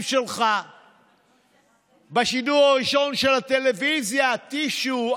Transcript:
שלך בשידור הראשון של הטלוויזיה: טישו,